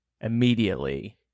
immediately